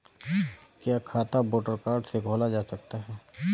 क्या खाता voter card से खोला जा सकता है?